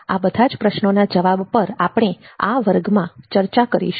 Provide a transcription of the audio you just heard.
આ બધા જ પ્રશ્નોના જવાબ પર આપણે આ વર્ગમાં ચર્ચા કરીશું